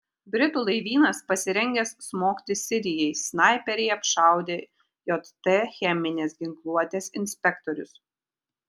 britų laivynas pasirengęs smogti sirijai snaiperiai apšaudė jt cheminės ginkluotės inspektorius